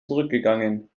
zurückgegangen